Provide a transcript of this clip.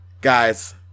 guys